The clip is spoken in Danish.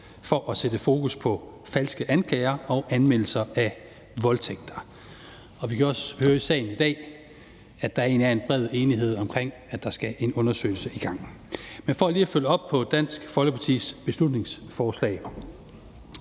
for at sætte fokus på falske anklager og anmeldelser af voldtægter. Vi kan også høre i salen i dag, at der egentlig er en bred enighed om, at der skal en undersøgelse i gang. Men for lige at følge op på Dansk Folkepartis beslutningsforslag